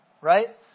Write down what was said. Right